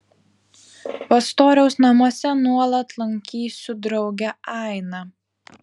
pastoriaus namuose nuolat lankysiu draugę ainą